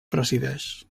presideix